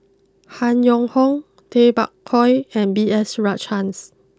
Han Yong Hong Tay Bak Koi and B S Rajhans